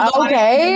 okay